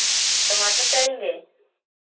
टमाटर जाएँगे